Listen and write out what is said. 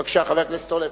בבקשה, חבר הכנסת אורלב.